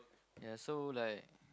ya so like